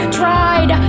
tried